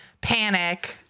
panic